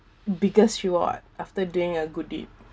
biggest reward after doing a good deed